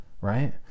right